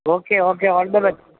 okay okay all the best